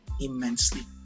immensely